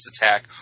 attack